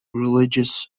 religious